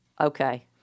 Okay